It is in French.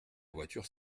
voiture